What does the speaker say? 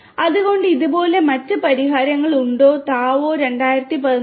അതുകൊണ്ട് ഇതുപോലുള്ള മറ്റ് പരിഹാരങ്ങൾ ഉണ്ട് താവോ 2014 ൽ